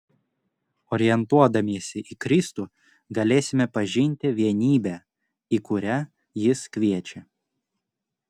orientuodamiesi į kristų galėsime pažinti vienybę į kurią jis kviečia